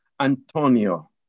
Antonio